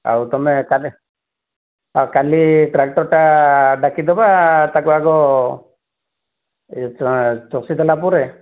ଆଉ ତୁମେ କାଲି ଆଉ କାଲି ଟ୍ରାକ୍ଟର୍ଟା ଡାକିଦେବା ତାକୁ ଆଗ ଏ ଚଷିଦେଲା ପରେ